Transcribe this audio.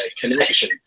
connection